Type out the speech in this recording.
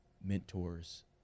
mentors